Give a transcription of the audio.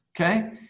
okay